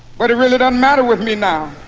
but it really doesn't matter with me now